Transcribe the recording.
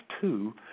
two